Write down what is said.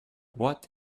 what